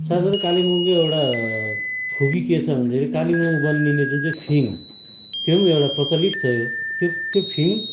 साथसाथै कालिम्पोङको एउटा खुबी के छ भन्दाखेरि कालिम्पोङमा बनिने जुन चाहिँ फिङ् त्यो पनि एउटा प्रचलित छ त्यो त्यो फिङ्